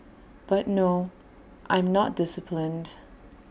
but no I'm not disciplined